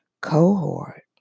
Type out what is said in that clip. cohort